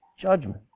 judgment